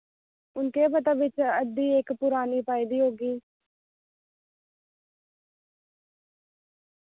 हून केह् पता बिच अद्धी इक पुरानी पाई दी होगी